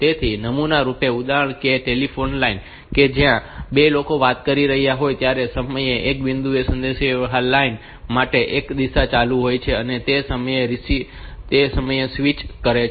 તેનું નમૂનારૂપ ઉદાહરણ એ ટેલિફોન લાઇન છે કે જ્યાં બે લોકો વાત કરી રહ્યા હોય ત્યારે સમયના એક બિંદુએ સંદેશાવ્યહારની લાઈન માત્ર એક જ દિશામાં ચાલુ હોય છે અને તે સતત રીતે સ્વિચ કરે છે